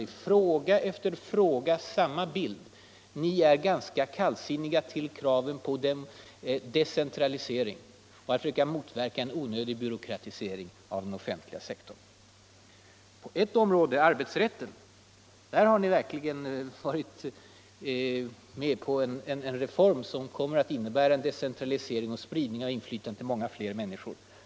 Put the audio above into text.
I fråga efter fråga samma bild: Ni är ganska kallsinniga till kraven på en decentralisering och till försöken att motverka en onödig byråkratisering av den offentliga sektorn. På ett område — arbetsrättens — har ni verkligen varit med om en reform som kommer att innébära en decentralisering och spridning av inflytandet till många fler människor.